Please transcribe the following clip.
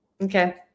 okay